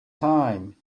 time